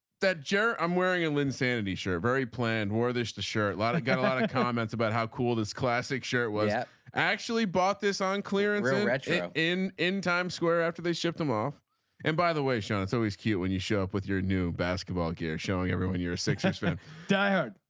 that jerk i'm wearing a linsanity shirt very planned where there's the shirt lot i've got a lot of comments about how cool this classic shirt was yeah actually bought this on clearance and read it yeah in in times square after they shipped them off and by the way shown. and so he's cute when you show up with your new basketball gear showing everyone you're a successful diehard.